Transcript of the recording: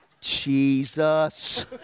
Jesus